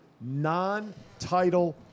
non-title